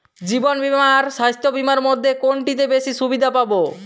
জীবন বীমা আর স্বাস্থ্য বীমার মধ্যে কোনটিতে বেশী সুবিধে পাব?